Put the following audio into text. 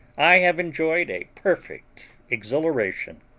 i have enjoyed a perfect exhilaration.